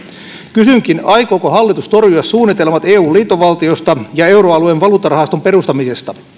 kysynkin aikooko hallitus torjua suunnitelmat eun liittovaltiosta ja euroalueen valuuttarahaston perustamisesta